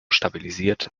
stabilisiert